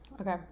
Okay